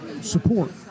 support